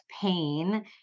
pain